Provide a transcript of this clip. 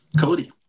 Cody